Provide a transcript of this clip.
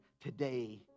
today